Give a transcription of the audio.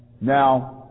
Now